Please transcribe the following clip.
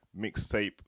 mixtape